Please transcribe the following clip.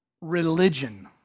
religion